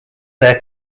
their